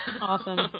awesome